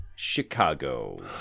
Chicago